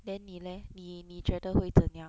then 你 leh 你你觉得会怎么样